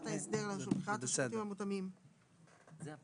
אתם יכולים לברר את העניין הזה ולחזור עם תשובה במהלך הדיון?